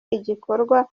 igikorwa